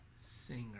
singer